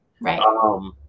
right